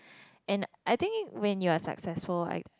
and I think when you are successful like